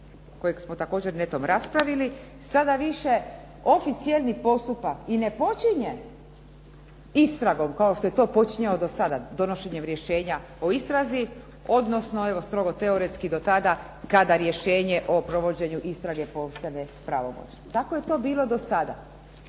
kojeg smo također netom raspravili sada više oficijelni postupak i ne počinje istragom kao što je to počinjao sada donošenjem rješenja o istrazi, odnosno evo strogo teoretski do tada kada rješenje o provođenju istrage postane pravomoćno. Tako je to bilo do sada.